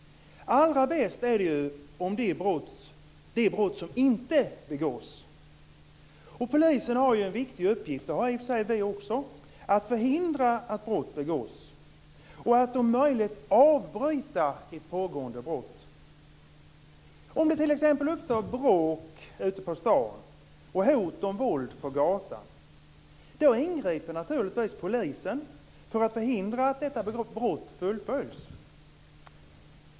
Allra bäst är det att brott inte begås. Och polisen har ju en viktig uppgift - det har i och för sig vi också - att förhindra att brott begås och att om möjligt avbryta ett pågående brott. Om det t.ex. uppstår bråk ute på stan och hot om våld på gatan, då ingriper naturligtvis polisen för att förhindra att detta brott fullföljs.